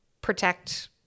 protect